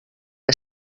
que